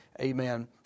Amen